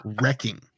wrecking